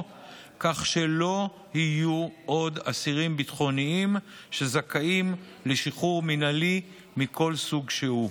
כך שלא יהיו עוד אסירים ביטחוניים שזכאים לשחרור מינהלי מכל סוג שהוא.